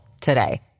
today